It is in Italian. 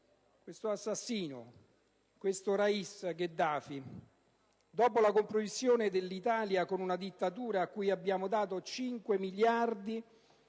questo assassino, il *rais* Gheddafi. Dopo la compromissione dell'Italia con una dittatura a cui abbiamo dato 5 miliardi